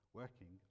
working